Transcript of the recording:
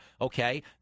Okay